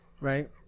Right